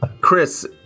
Chris